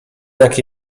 jak